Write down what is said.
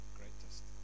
greatest